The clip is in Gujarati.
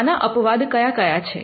આના અપવાદ કયા કયા છે